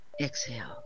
exhale